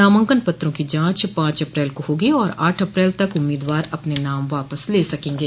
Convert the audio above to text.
नामाकन पत्रों की जाँच पाँच अप्रैल को होगी और आठ अप्रैल तक उम्मीदवार अपने नाम वापस ले सकेंगे